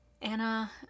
Anna